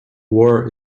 war